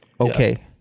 okay